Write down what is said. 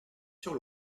sur